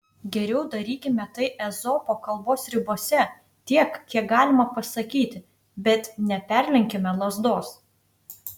geriau darykime tai ezopo kalbos ribose tiek kiek galima pasakyti bet neperlenkime lazdos